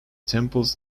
temples